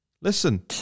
Listen